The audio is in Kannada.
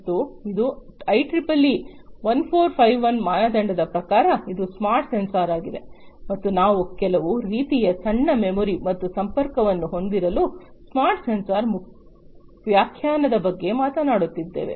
ಮತ್ತು ಇದು ಐಇಇಇ 1451 ಮಾನದಂಡದ ಪ್ರಕಾರ ಇದು ಸ್ಮಾರ್ಟ್ ಸೆನ್ಸಾರ್ ಆಗಿದೆ ಮತ್ತು ನಾವು ಕೆಲವು ರೀತಿಯ ಸಣ್ಣ ಮೆಮೊರಿ ಮತ್ತು ಸಂಪರ್ಕವನ್ನು ಹೊಂದಿರುವ ಸ್ಮಾರ್ಟ್ ಸೆನ್ಸಾರ್ ವ್ಯಾಖ್ಯಾನದ ಬಗ್ಗೆ ಮಾತನಾಡುತ್ತಿದ್ದೇವೆ